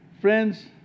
Friends